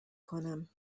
کنم